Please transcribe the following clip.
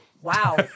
Wow